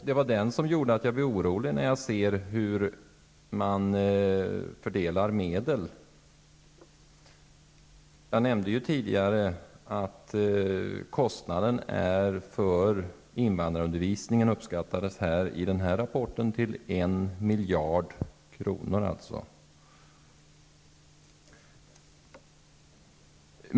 Det var denna rapport som gjorde mig orolig när jag såg hur man fördelar medel. Jag nämnde tidigare att kostnaden för invandrarundervisningen uppskattades i rapporten till en miljard kronor.